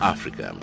Africa